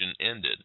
ended